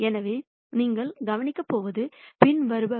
எனவே நீங்கள் கவனிக்கப் போவது பின்வருபவை